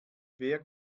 wer